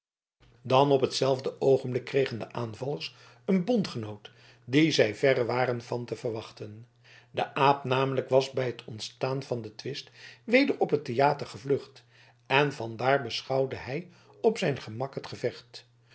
dan op hetzelfde oogenblik kregen de aanvallers een bondgenoot dien zij verre waren van te verwachten de aap namelijk was bij het ontstaan van den twist weder op het theater gevlucht en van daar beschouwde hij op zijn gemak het gevecht